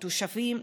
תושבים,